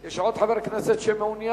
יש עוד חבר כנסת שמעוניין